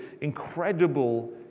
incredible